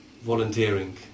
Volunteering